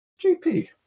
GP